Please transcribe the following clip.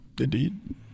Indeed